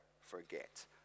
forget